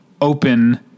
open